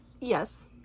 Yes